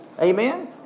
Amen